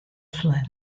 zuen